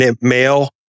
male